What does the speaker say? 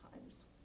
times